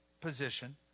position